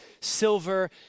silver